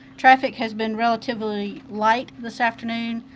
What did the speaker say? traffic has been relatively light this afternoon.